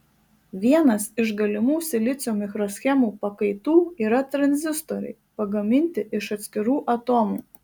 vienas iš galimų silicio mikroschemų pakaitų yra tranzistoriai pagaminti iš atskirų atomų